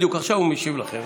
בדיוק עכשיו הוא משיב לכם.